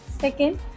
second